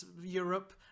Europe